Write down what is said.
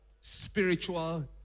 spiritual